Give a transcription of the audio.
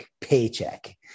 paycheck